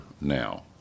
now